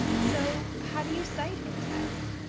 so how do you cite in-text?